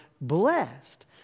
blessed